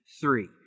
three